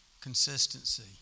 Consistency